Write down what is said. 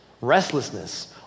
restlessness